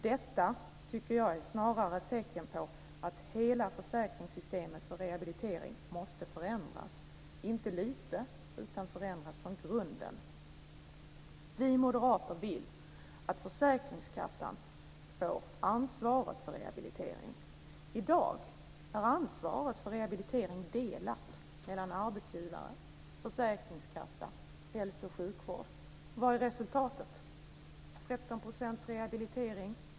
Detta tycker jag snarare är ett tecken på att hela försäkringssystemet för rehabilitering måste förändras - inte lite, utan förändras från grunden. Vi moderater vill att försäkringskassan får ansvaret för rehabiliteringen. I dag är detta ansvar delat mellan arbetsgivare, försäkringskassa och hälso och sjukvård. Och vad är resultatet? Jo, 13 % rehabilitering.